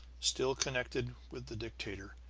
still connected with the dictator,